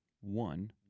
One